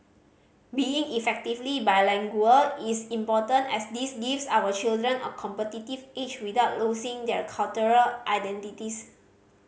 being effectively bilingual is important as this gives our children a competitive edge without losing their cultural identities